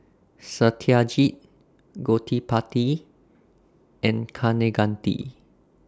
Satyajit Gottipati and Kaneganti